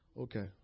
Okay